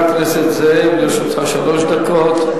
חבר הכנסת נסים זאב, לרשותך שלוש דקות.